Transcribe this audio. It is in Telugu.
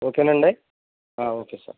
ఓకేనండి ఓకే సార్